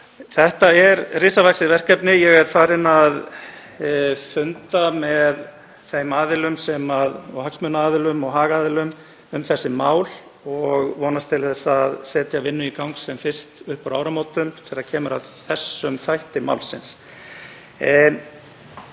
Þetta er risavaxið verkefni. Ég er farinn að funda með aðilum, hagsmunaaðilum og hagaðilum um þessi mál og vonast til að setja vinnu í gang sem fyrst upp úr áramótum þegar kemur að þessum þætti málsins.